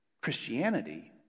Christianity